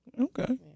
Okay